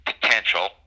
potential